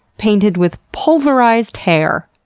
painted with pulverized hair.